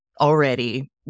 already